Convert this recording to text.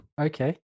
Okay